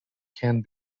can